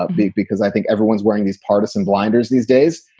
ah big, because i think everyone's wearing these partisan blinders these days.